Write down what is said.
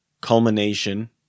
culmination